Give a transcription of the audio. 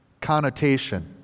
connotation